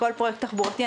כל פרויקט תחבורתי,